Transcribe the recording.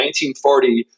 1940